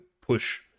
push